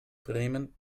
bremen